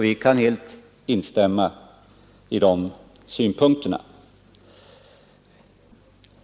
Vi kan helt instämma i detta.